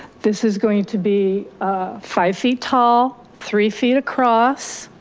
this is going to be five feet tall, three feet across.